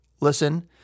listen